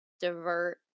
divert